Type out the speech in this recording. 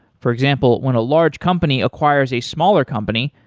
for example, when a large company acquires a smaller company,